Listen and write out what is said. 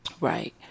Right